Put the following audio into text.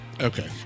Okay